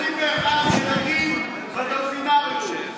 היום לפני 19 שנה טרוריסט רצח 21 ילדים בדולפינריום.